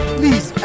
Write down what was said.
please